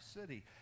city